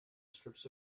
strips